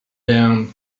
down